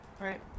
right